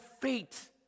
fate